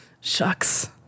shucks